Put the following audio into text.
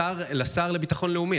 לשר לביטחון לאומי,